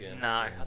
no